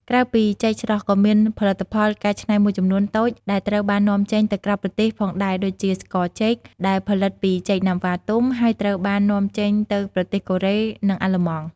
ក្រៅពីចេកស្រស់ ក៏មានផលិតផលកែច្នៃមួយចំនួនតូចដែលត្រូវបាននាំចេញទៅក្រៅប្រទេសផងដែរ ដូចជា ស្ករចេក ដែលផលិតពីចេកណាំវ៉ាទុំ ហើយត្រូវបាននាំចេញទៅប្រទេសកូរ៉េ និងអាល្លឺម៉ង់។